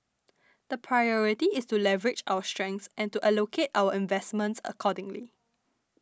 the priority is to leverage our strengths and to allocate our investments accordingly